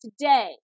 today